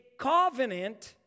covenant